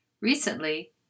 recently